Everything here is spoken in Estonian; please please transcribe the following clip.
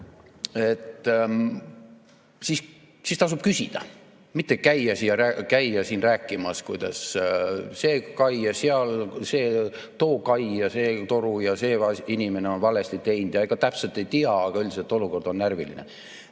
–, siis tasub küsida, mitte käia siin rääkimas, kuidas see kai, too kai ja see toru, ja see inimene on teinud valesti ja ega täpselt ei tea, aga üldiselt olukord on närviline.